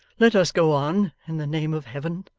let us go on, in the name of heaven